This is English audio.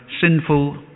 sinful